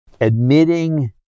admitting